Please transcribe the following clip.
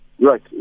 Right